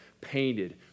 painted